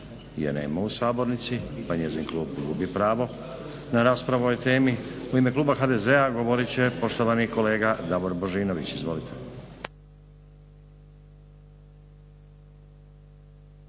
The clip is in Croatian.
je nema u sabornici, pa njezin klub gubi pravo na raspravu o ovoj temi. U ime kluba HDZ-a govorit će poštovani kolega Davor Božinović. Izvolite.